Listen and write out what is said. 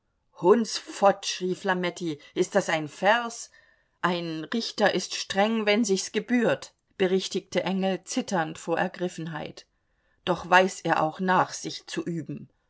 hundsfott schrie flametti ist das ein vers ein richter ist streng wenn sich's gebührt berichtigte engel zitternd vor ergriffenheit doch weiß er auch nachsicht zu üben